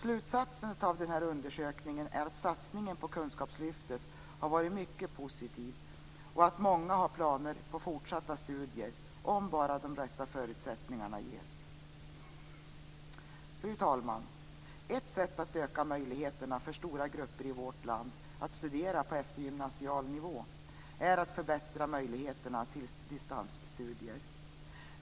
Slutsatsen av den här undersökningen är att satsningen på kunskapslyftet har varit mycket positiv och att många har planer på fortsatta studier om bara de rätta förutsättningarna ges. Fru talman! Ett sätt att öka möjligheterna för stora grupper i vårt land att studera på eftergymnasial nivå är att förbättra möjligheterna till distansstudier.